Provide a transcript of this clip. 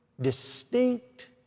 distinct